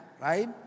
right